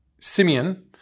Simeon